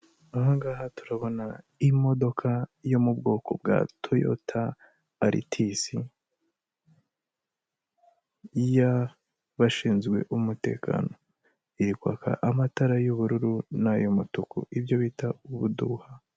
Aha ngaha turabona imodoka yo mu bwoko bwa toyota aritisi y'abashinzwe umutekano. Iri kwaka amatara y'ubururu n'ay'umutuku. Ibyo bita ubuduha.